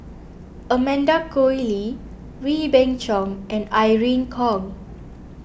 Amanda Koe Lee Wee Beng Chong and Irene Khong